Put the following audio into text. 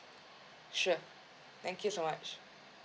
sure thank you so much